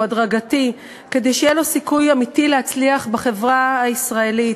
הוא הדרגתי כדי שיהיה לו סיכוי אמיתי להצליח בחברה הישראלית.